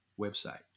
website